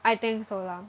I think so lah